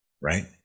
Right